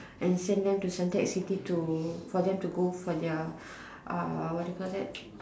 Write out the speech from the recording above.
and send them to Suntec-City to for them to go for their uh what do you call that